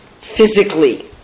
physically